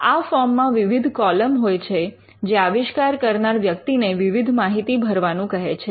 આ ફોર્મમાં વિવિધ કૉલમ હોય છે જે આવિષ્કાર કરનાર વ્યક્તિને વિવિધ માહિતી ભરવાનું કહે છે